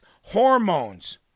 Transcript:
hormones